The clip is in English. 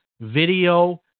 video